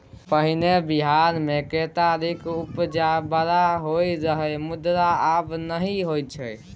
पहिने बिहार मे केतारीक उपजा बड़ होइ रहय मुदा आब नहि होइ छै